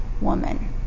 woman